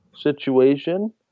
situation